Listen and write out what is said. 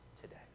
today